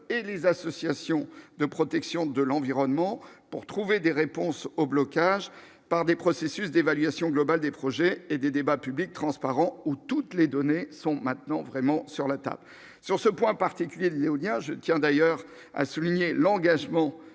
les associations de protection de l'environnement pour trouver des réponses au blocage par des processus d'évaluation globale des projets et des débats publics transparent où toutes les données sont maintenant vraiment sur la table sur ce point particulier, l'éolien, je tiens d'ailleurs à souligner l'engagement